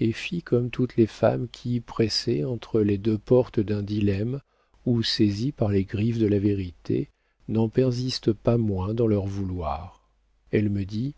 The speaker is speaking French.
et fit comme toutes les femmes qui pressées entre les deux portes d'un dilemme ou saisies par les griffes de la vérité n'en persistent pas moins dans leur vouloir elle me dit